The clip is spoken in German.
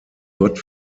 gott